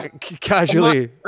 casually